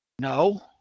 No